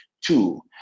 Two